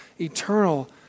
eternal